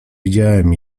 widziałem